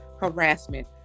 harassment